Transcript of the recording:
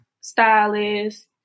stylists